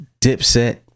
Dipset